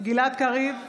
גלעד קריב,